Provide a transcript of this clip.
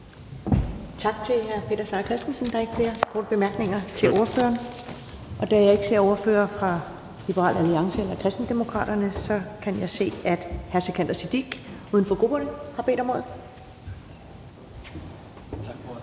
Tak til hr. Peter Seier Christensen. Der er ikke flere korte bemærkninger til ordføreren. Jeg ser ikke ordførere fra Liberal Alliance eller Kristendemokraterne, men jeg kan se, at hr. Sikandar Siddique, uden for grupperne, har bedt om ordet.